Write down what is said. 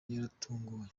yaratunguwe